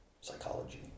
psychology